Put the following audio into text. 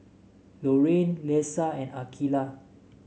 Loraine Lesa and Akeelah